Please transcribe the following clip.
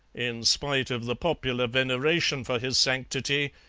in spite of the popular veneration for his sanctity,